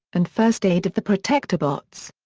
and first aid of the protectobots.